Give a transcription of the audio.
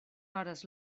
hores